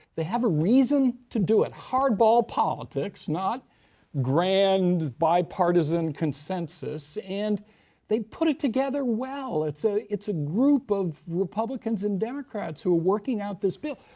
they have a reason to do it. hardball politics, not grand, bipartisan consensus. and they've put it together well. it's ah it's a group of republicans and democrats who are working out this bill.